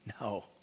No